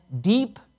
deep